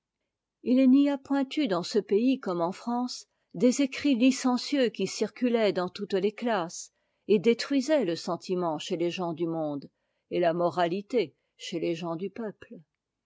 i n'y a point eu dans ce pays comme en france des écrits licencieux qui circulaient dans toutes les classes et détruisaient le sentiment chez les gens du monde et la moralité chez les gens du peuple